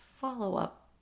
follow-up